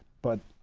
but,